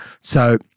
So-